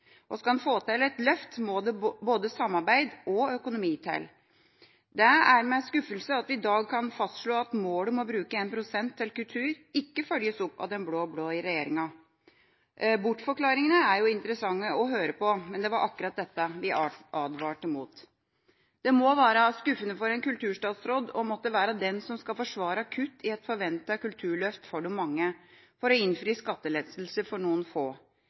Skal en få til et løft, må det både samarbeid og økonomi til. Det er med skuffelse vi i dag kan fastslå at målet om å bruke 1 pst. til kultur ikke følges opp av den blå-blå regjeringa. Bortforklaringene er interessante å høre på, men det var akkurat dette vi advarte mot. Det må være skuffende for en kulturstatsråd å måtte være den som skal forsvare kutt i et forventet kulturløft for de mange, for å innfri skattelettelser for noen få.